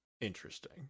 interesting